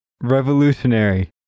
Revolutionary